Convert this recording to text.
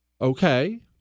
Okay